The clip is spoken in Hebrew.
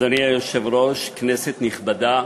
אדוני היושב-ראש, כנסת נכבדה,